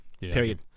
Period